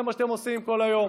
זה מה שאתם עושים כל היום.